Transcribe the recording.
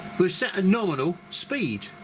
we've set a nominal speed